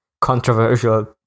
controversial